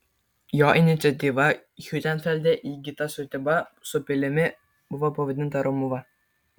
jo iniciatyva hiutenfelde įgyta sodyba su pilimi buvo pavadinta romuva